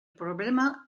problema